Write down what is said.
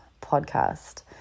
podcast